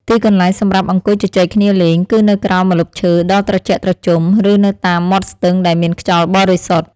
ទីកន្លែងសម្រាប់អង្គុយជជែកគ្នាលេង គឺនៅក្រោមម្លប់ឈើដ៏ត្រជាក់ត្រជុំ ឬនៅតាមមាត់ស្ទឹងដែលមានខ្យល់បរិសុទ្ធ។